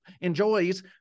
enjoys